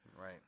Right